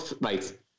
Right